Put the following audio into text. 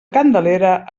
candelera